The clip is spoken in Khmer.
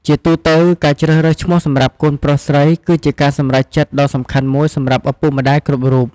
ជាទូទៅ ការជ្រើសរើសឈ្មោះសម្រាប់កូនប្រុសស្រី គឺជាការសម្រេចចិត្តដ៏សំខាន់មួយសម្រាប់ឪពុកម្តាយគ្រប់រូប។